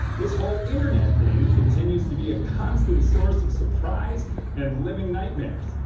this whole internet thing continues to be a constant source of surprise and living nightmares.